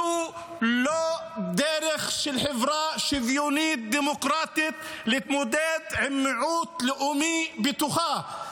זו לא דרך של חברה שוויונית דמוקרטית להתמודד עם מיעוט לאומי בתוכה.